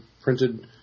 printed